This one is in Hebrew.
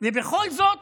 ובכל זאת